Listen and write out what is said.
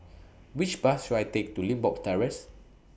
Which Bus should I Take to Limbok Terrace